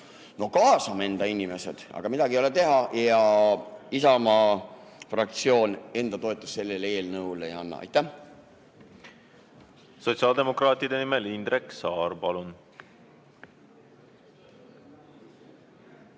No kaasame enda inimesed! Aga midagi ei ole teha, Isamaa fraktsioon enda toetust sellele eelnõule ei anna. Aitäh! Sotsiaaldemokraatide nimel Indrek Saar, palun!